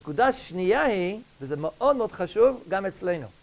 נקודה שנייה היא, וזה מאוד מאוד חשוב, גם אצלנו.